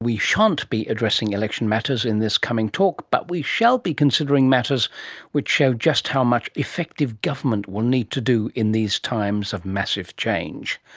we shan't be addressing election matters in this coming talk, but we shall be considering matters which show just how much effective government will need to do in these times of massive change.